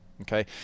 okay